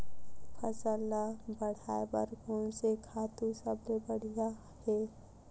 फसल ला बढ़ाए बर कोन से खातु सबले बढ़िया हे?